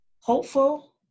hopeful